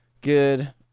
Good